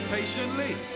Patiently